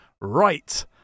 Right